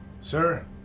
sir